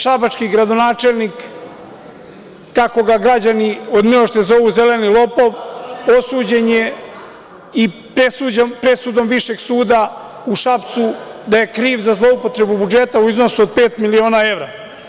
Šabački gradonačelnik, kako ga građani od milošte zovu - zeleni lopov osuđen je presudom Višeg suda u Šapcu da je kriv za zloupotrebu budžeta u iznosu od pet miliona evra.